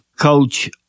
coach